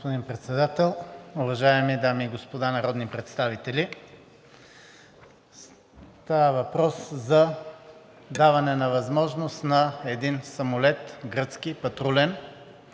Господин Председател, уважаеми дами и господа народни представители! Става въпрос за даване на възможност на един гръцки патрулен